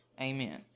amen